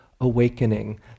awakening